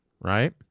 Right